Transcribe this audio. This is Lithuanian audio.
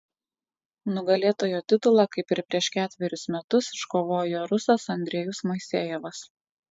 nugalėtojo titulą kaip ir prieš ketverius metus iškovojo rusas andrejus moisejevas